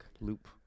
loop